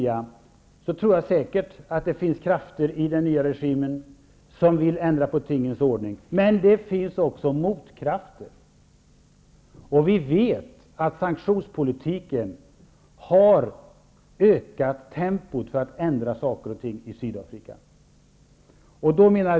Jag tror säkert att det i den nya regimen finns krafter som vill ändra på tingens ordning, men det finns också motkrafter. Vi vet att sanktionspolitiken har ökat tempot i förändringarna av saker och ting i Sydafrika.